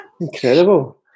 Incredible